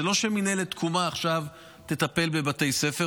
זה לא שמינהלת תקומה עכשיו תטפל בבתי ספר,